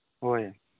ꯍꯣꯏ